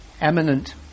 Eminent